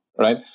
right